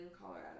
Colorado